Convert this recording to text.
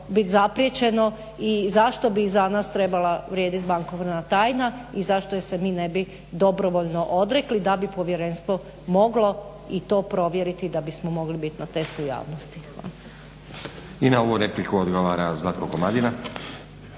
bit zapriječeno i zašto bi za nas trebala vrijedit bankovna tajna i zašto je se mi ne bi dobrovoljno odrekli da bi povjerenstvo moglo i to provjeriti, da bismo mogli biti na testu javnosti. Hvala. **Stazić, Nenad (SDP)** I na ovu repliku odgovara Zlatko Komadina.